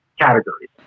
categories